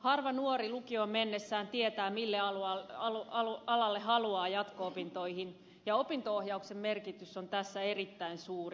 harva nuori lukioon mennessään tietää mille alalle haluaa jatko opintoihin ja opinto ohjauksen merkitys on tässä erittäin suuri